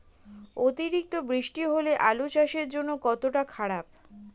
অতিরিক্ত বৃষ্টি হলে আলু চাষের জন্য কতটা খারাপ?